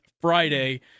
Friday